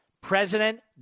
President